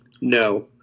No